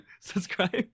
subscribe